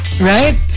right